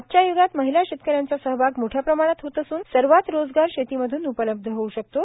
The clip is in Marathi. आजच्या य्गात महिला शेतकऱ्यांचा सहभाग मोठया प्रमाणात होत असून सर्वात रोजगार शेतीमधून उपलब्ध होऊ शकतो